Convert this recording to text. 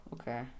okay